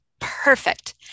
Perfect